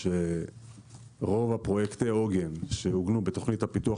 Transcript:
רוב פרויקטי העוגן שעוגנו בתוכנית הפיתוח